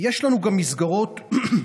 יש לנו גם מסגרות שיקומיות